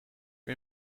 kan